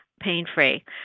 pain-free